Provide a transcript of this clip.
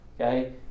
okay